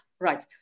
Right